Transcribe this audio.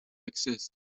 exist